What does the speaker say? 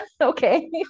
Okay